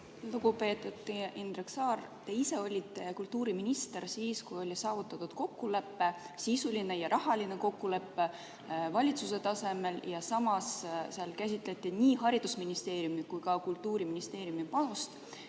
Lugupeetud Indrek Saar! Te ise olite kultuuriminister siis, kui oli saavutatud kokkulepe, sisuline ja rahaline kokkulepe valitsuse tasemel. Seal käsitleti nii haridusministeeriumi kui ka Kultuuriministeeriumi panust